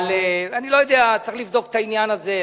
אני לא יודע, צריך לבדוק את העניין הזה.